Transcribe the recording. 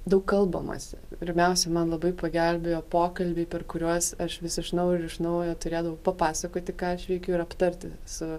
daug kalbamasi pirmiausiai man labai pagelbėjo pokalbiai per kuriuos aš vis iš naujo ir iš naujo turėdavau papasakoti ką aš veikiu ir aptarti su